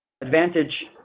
advantage